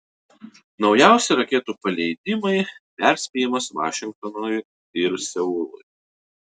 naujausi raketų paleidimai perspėjimas vašingtonui ir seului